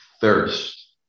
thirst